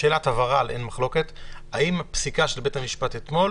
שאלת הבהרה על "אין מחלוקת": האם הפסיקה של בית המשפט אתמול